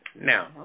Now